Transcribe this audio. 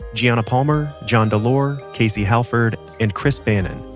gianna palmer, john delore, casey holford, and chris bannon.